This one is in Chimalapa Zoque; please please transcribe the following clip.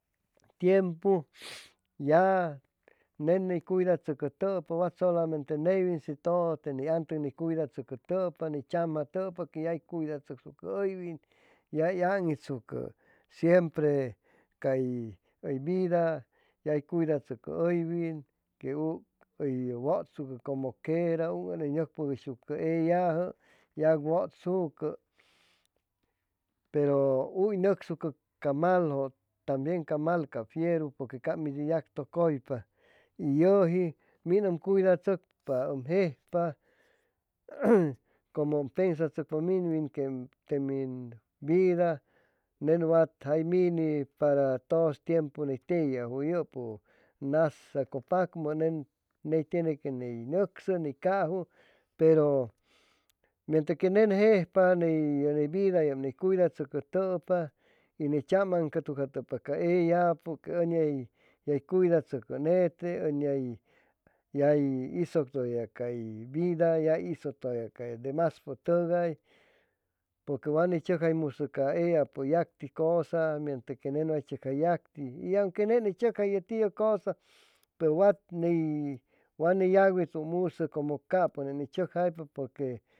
Tiempu ya ne ney cuidatzʉcʉtʉpa wat solamente neywin shinʉ todo te ni antug ni cuidatzʉcʉtʉpa ni tzamjatʉpa que yac cuidatzʉcsucʉ hʉywin yay aŋitsucʉ shempre ay hʉy vida yay cuidatzʉcʉ hʉywin que uc hʉy wʉtzucʉ como quera uc ʉninʉgpʉgʉyshucʉ eyajʉ yac wʉtsucʉ pero huy nʉcsucʉ ca maljʉ tambiem ca mal ca fieru porque cap yactʉcʉypa y yʉji min ʉm cuidatzʉcpa ʉm jejpa como ʉm pensatzʉcpa minwin que te min vida nenwat jaj mini para que todos tiempu ni tejiajwʉ yʉpʉ nas acʉpacmʉ nen ney tien que ni nʉcsʉ, ni cajwʉ pero mientra que nen jejpa ney ye ni vida ney cuidatzʉcʉtʉpa y tzamaŋcʉtucatʉpa ca eyapʉ que ʉn yay cuidatzʉcʉ nete ʉn yay isʉgtʉya cay vida yay isʉgtʉya ca demaspʉtʉgay porque wa ni tzʉcjaimusʉ ca eyapʉ yacti cosa miestras que nen way tzʉcja yacti y aunque nen hʉy tzʉcjayʉ tiʉ cosa pe wat ney wa ni yacwitumusʉ como capʉ nen ni tzʉcjaipa porque